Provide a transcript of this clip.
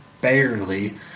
barely